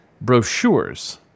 brochures